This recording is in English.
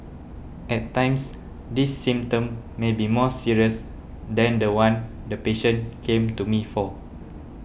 at times this symptom may be more serious than the one the patient came to me for